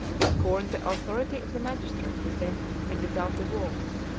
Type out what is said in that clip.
who scorned the authority of the magistrate within and without the walls.